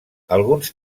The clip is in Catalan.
alguns